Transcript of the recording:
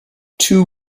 two